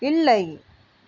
இல்லை